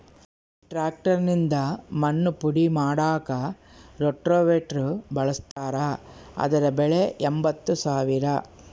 tractor ನಿಂದ ಮಣ್ಣು ಪುಡಿ ಮಾಡಾಕ ರೋಟೋವೇಟ್ರು ಬಳಸ್ತಾರ ಅದರ ಬೆಲೆ ಎಂಬತ್ತು ಸಾವಿರ